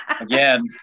Again